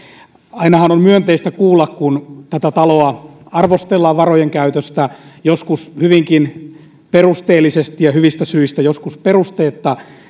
ainahan on myönteistä kuulla kun tätä taloa arvostellaan varojen käytöstä joskus hyvinkin perusteellisesti ja hyvistä syistä joskus perusteetta